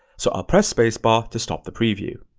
so i'll press space bar to stop the preview.